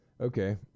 Okay